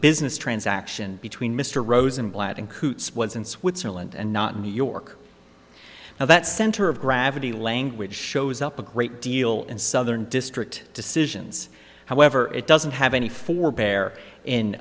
business transaction between mr rosenblatt and coots was in switzerland and not in new york now that center of gravity language shows up a great deal in southern district decisions however it doesn't have any forebear in